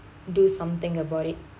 do something about it